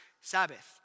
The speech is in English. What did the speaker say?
Sabbath